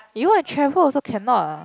you want to travel also cannot